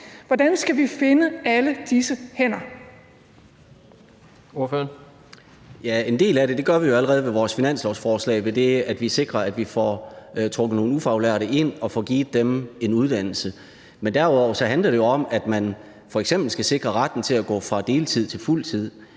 Peder Hvelplund (EL): En del af det gør vi allerede med vores finanslovsforslag ved, at vi sikrer, at vi får trukket nogle ufaglærte ind og får givet dem en uddannelse. Men derudover handler det jo om, at man f.eks. skal sikre retten til at gå fra deltid til fuldtid.